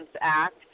Act